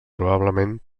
probablement